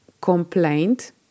complaint